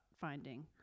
finding